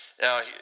Now